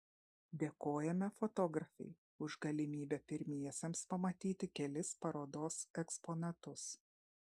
dėkojame fotografei už galimybę pirmiesiems pamatyti kelis parodos eksponatus